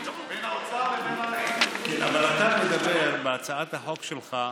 בין האוצר לבין, אבל אתה מדבר בהצעת החוק שלך,